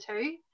two